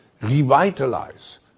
revitalize